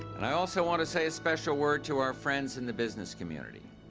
and i also want to say a special word to our friends in the business community.